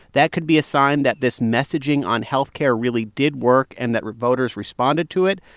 that could be a sign that this messaging on health care really did work and that voters responded to it.